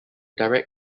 direct